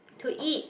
to eat